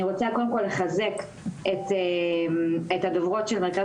אני רוצה קודם כל לחזק את הדוברות של מרכז